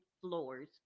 floors